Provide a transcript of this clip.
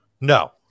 No